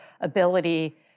ability